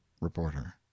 reporter